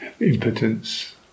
impotence